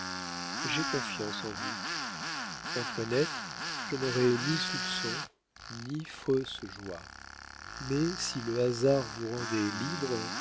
j'ai confiance en vous antoinette je n'aurai ni soupçons ni fausses jalousies mais si le hasard vous rendait libre